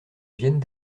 viennent